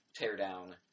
teardown